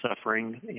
suffering